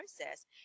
process